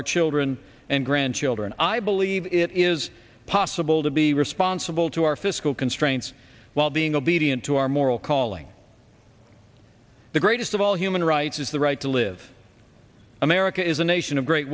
our children and grandchildren i believe it is possible to be responsible to our fiscal constraints while being obedient to our moral calling the greatest of all human rights is the right to live america is a nation of great